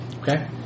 Okay